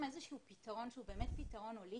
איזשהו פתרון שהוא באמת פתרון הוליסטי,